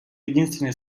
единственный